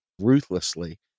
ruthlessly